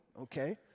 okay